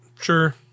Sure